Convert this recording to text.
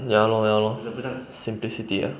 ya lor ya lor simplicity ah